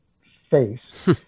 face